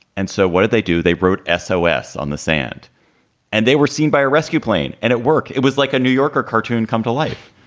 and so what did they do? they wrote s o s. on the sand and they were seen by a rescue plane. and at work it was like a new yorker cartoon come to life.